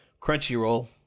Crunchyroll